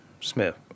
Smith